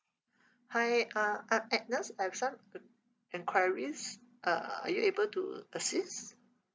hi uh I'm agnes I have some en~ enquiries uh are you able to assist